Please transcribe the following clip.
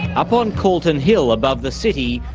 up on calton hill above the city,